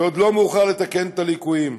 עוד לא מאוחר לתקן את הליקויים.